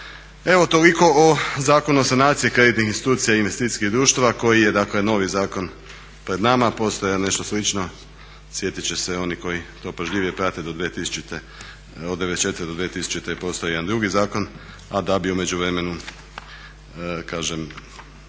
Evo toliko o Zakonu o sanaciji kreditnih institucija i investicijskih društava koji je dakle novi Zakon pred nama. Postojalo je nešto slično, sjetit će se oni koji to pažljivije prate do 2000., od '94. do 2000. je postojao jedan drugi zakon, a da bi u međuvremenu kroz